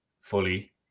fully